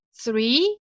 three